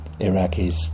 Iraqis